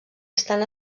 estan